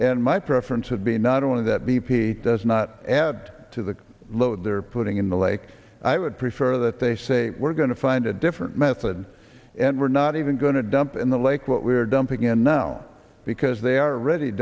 and my preference would be not only that b p does not add to the load they're putting in the lake i would prefer that they say we're going to find a different method and we're not even going to dump in the lake what we're dumping in now because they are already